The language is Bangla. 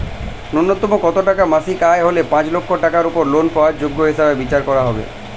ন্যুনতম কত টাকা মাসিক আয় হলে পাঁচ লক্ষ টাকার উপর লোন পাওয়ার যোগ্য হিসেবে বিচার করা হবে?